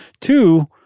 Two